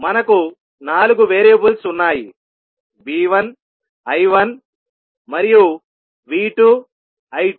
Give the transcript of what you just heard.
మనకు 4 వేరియబుల్స్ ఉన్నాయి V1 I1 మరియు V2 I2